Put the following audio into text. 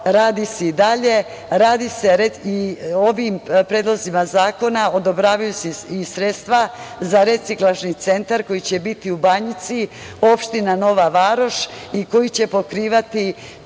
radi se i dalje. Ovim predlozima zakona odobravaju se i sredstva za reciklažni centar koji će biti u Banjici, opština Nova Varoš i koji će pokrivati